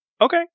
Okay